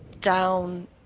down